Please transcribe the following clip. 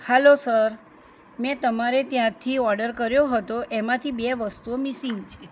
hello sir મેં તમારે ત્યાંથી ઓડર કર્યો હતો એમાંથી બે વસ્તુઓ મિસિંગ છે